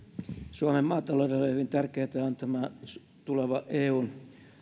suomen maataloudelle on hyvin tärkeä tämä tuleva eun